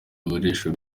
ibikoresho